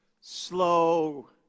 slow